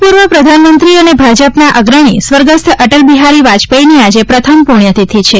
ભૂતપૂર્વ પ્રધાનમંત્રી અને ભાજપના અગ્રણી સ્વર્ગસ્થ અટલ બિહારી વાજપેઇની આજે પ્રથમ પ્રણ્યતિથી છે